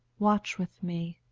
watch with me.